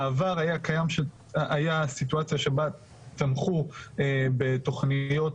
בעבר הייתה סיטואציה שבה תמכו בתוכניות